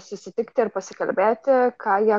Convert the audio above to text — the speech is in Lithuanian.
susitikti ir pasikalbėti ką jie